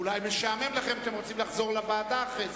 אולי משעמם לכם, אתם רוצים לחזור לוועדה אחרי זה.